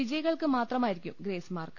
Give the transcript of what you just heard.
വിജയികൾക്ക് മാത്രമായിരിക്കും grace mark